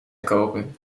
kopen